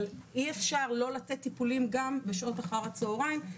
אבל אי אפשר לא לתת טיפולים גם בשעות אחר הצוהריים,